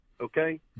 Okay